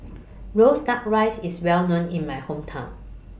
Roasted Duck Rice IS Well known in My Hometown